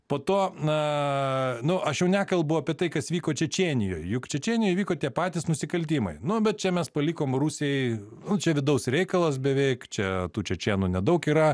po to na nu aš jau nekalbu apie tai kas vyko čečėnijoj juk čečėnijoj vyko tie patys nusikaltimai nu bet čia mes palikom rusijai nu čia vidaus reikalas beveik čia tų čečėnų nedaug yra